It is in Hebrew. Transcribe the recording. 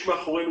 יש מאחורינו,